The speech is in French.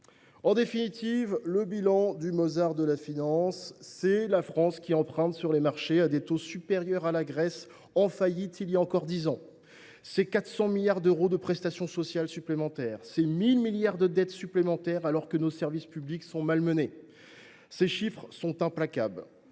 En définitive, le bilan du Mozart de la finance, c’est une France qui emprunte sur les marchés à des taux supérieurs à ceux de la Grèce, en faillite il y a encore dix ans, c’est 400 milliards de prestations sociales additionnelles, c’est 1 000 milliards de dette supplémentaires alors que nos services publics sont malmenés. Ces chiffres sont implacables.